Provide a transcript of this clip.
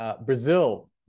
Brazil